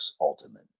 Ultimate